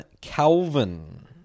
calvin